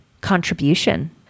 contribution